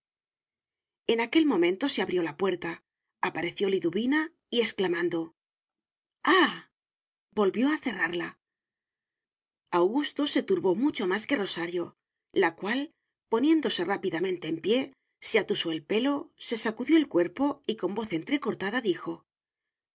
en aquel momento se abrió la puerta apareció liduvina y exclamando ah volvió a cerrarla augusto se turbó mucho más que rosario la cual poniéndose rápidamente en pie se atusó el pelo se sacudió el cuerpo y con voz entrecortada dijo